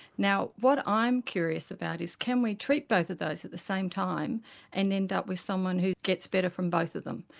now what i'm curious about is can we treat both of those at the same time and end up with someone who gets better from both of them.